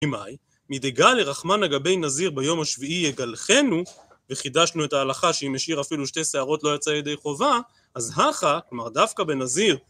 ממאי? מדגלי רחמנא גבי נזיר ביום השביעי יגלחנו - וחידשנו את ההלכה שהאם השאיר אפילו שתי שערות לא יצא ידי חובה - אז הכא, כלומר דווקא בנזיר